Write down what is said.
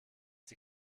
sie